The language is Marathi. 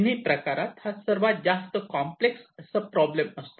तिन्ही प्रकारात हा सर्वात जास्त कॉम्प्लेक्स सब प्रॉब्लेम असतो